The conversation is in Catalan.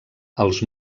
els